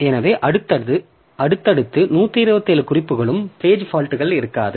எனவே அடுத்தடுத்த 127 குறிப்புகளில் பேஜ் பால்ட்கள் இருக்காது